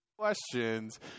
Questions